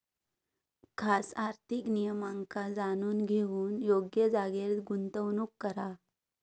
खास आर्थिक नियमांका जाणून घेऊन योग्य जागेर गुंतवणूक करा